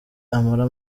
amara